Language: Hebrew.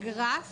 גרף